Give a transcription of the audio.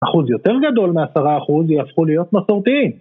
אחוז יותר גדול מעשרה אחוז יהפכו להיות מסורתיים